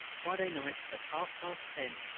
friday night, at half past ten,